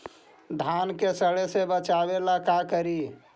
धान के सड़े से बचाबे ला का करि?